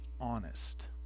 honest